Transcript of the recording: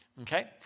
Okay